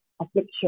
affliction